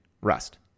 Rust